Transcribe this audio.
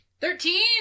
Thirteen